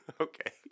Okay